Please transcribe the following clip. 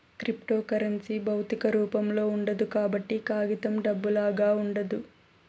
cryptocurrency భౌతిక రూపంలో ఉండదు కాబట్టి కాగితం డబ్బులాగా ఉండదు